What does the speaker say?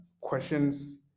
questions